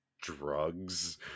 drugs